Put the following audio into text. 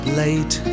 late